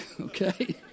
okay